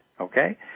Okay